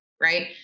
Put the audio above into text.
right